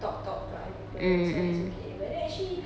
talk talk to other people so it's okay but then actually